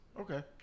Okay